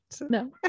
No